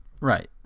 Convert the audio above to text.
Right